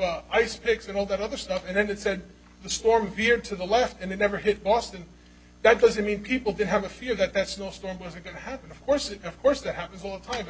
of ice picks and all that other stuff and then it said the storm veered to the left and it never hit boston that doesn't mean people didn't have a fear that that's no storm was going to happen of course it of course that happens all the time